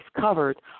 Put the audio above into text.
covered